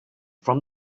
from